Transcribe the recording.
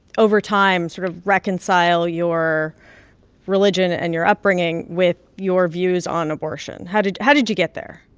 over time sort of reconcile your religion and your upbringing with your views on abortion? how did how did you get there?